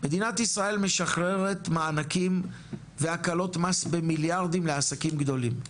מדינת ישראל משחררת מענקים והקלות מס במיליארדים לעסקים גדולים,